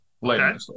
later